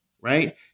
right